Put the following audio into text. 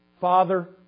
Father